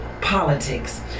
politics